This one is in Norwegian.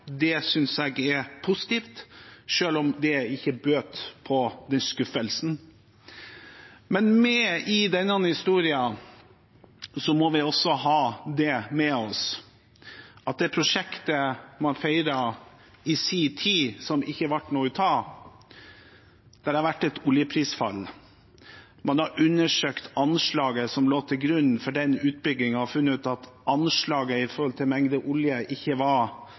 det synes jeg er positivt, selv om det ikke bøter på den skuffelsen. Med i historien om det prosjektet man feiret i sin tid, men som det ikke ble noe av, må vi også ha med oss at det har vært et oljeprisfall. Man har undersøkt anslaget som lå til grunn for denne utbyggingen, og funnet ut at anslaget i forhold til mengden olje ikke var